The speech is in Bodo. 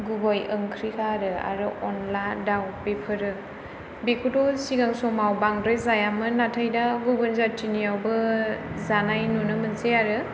गुबै ओंख्रिखा आरो आरो अनला दाव बेफोरो बेखौथ' सिगां समाव बांद्राय जायामोन नाथाय दा गुबुन जाथिनियावबो जानाय नुनो मोनसै आरो